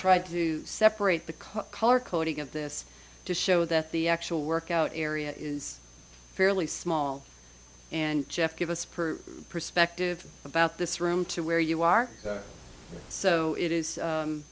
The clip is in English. tried to separate the color coding of this to show that the actual workout area is fairly small and jeff give us per perspective about this room to where you are so it is